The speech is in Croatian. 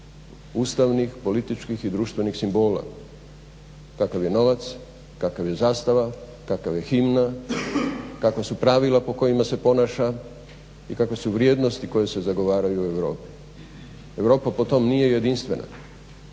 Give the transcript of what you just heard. Ustavnih, političkih i društvenih simbola kakav je novac, kakav je zastava, kakav je himna, kakva su pravila po kojima se ponaša i kakve su vrijednosti koje se zagovaraju u Europi. Europa po tom nije jedinstvena.